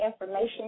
information